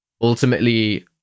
ultimately